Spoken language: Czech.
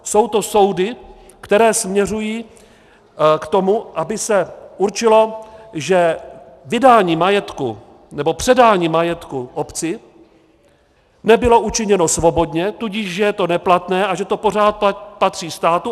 Jsou to soudy, které směřují k tomu, aby se určilo, že vydání majetku nebo předání majetku obci nebylo učiněno svobodně, tudíž že je to neplatné a že to pořád patří státu.